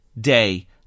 day